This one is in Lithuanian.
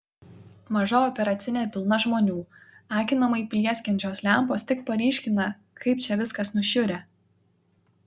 maža operacinė pilna žmonių akinamai plieskiančios lempos tik paryškina kaip čia viskas nušiurę